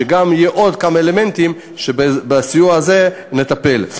ויהיו עוד כמה אלמנטים שבסיוע הזה נטפל בהם.